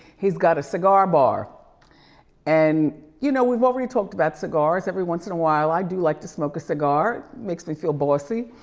he's got a cigar bar and, you know, we've already talked about cigars. every once in a while, i do like to smoke a cigar, it makes me feel bossy.